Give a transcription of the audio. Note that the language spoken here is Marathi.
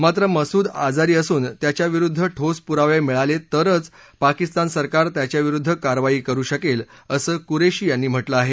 मात्र मसुद आजारी असून त्याच्याविरुद्ध ठोस पुरावे मिळाले तरचं पाकिस्तान सरकार त्याच्याविरुद्ध कारवाई करु शकेल असं कुरेशी यांनी म्हटलं आहे